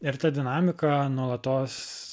ir ta dinamika nuolatos